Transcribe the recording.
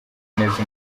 neza